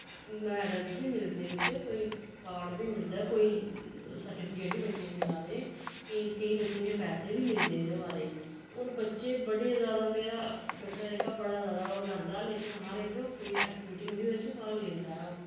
medals बी मिलदे बिच्च कोई कार्ड बी मिलदा कोई सार्टीफिकेट बी बच्चें गी मिला दे केईं केईं बच्चें ते पैसे बी मिलदे एह्दे बारे च होर बच्चे बड़े ज्यादा मेरा बच्चा जेह्का बड़ा ज्यादा ओह् लैंदा लेकिन हर इक कोई ऐक्टिविटी होंदी ओह्दे च भाग लैंदा ओह्